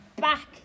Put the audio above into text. back